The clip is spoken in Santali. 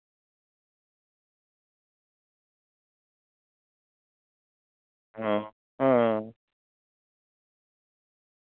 ᱦᱮᱸ ᱦᱮᱸ